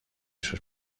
sus